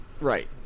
Right